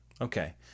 Okay